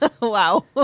Wow